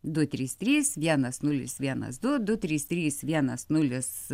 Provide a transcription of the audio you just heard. du trys trys vienas nulis vienas du du trys trys vienas nulis